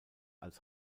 als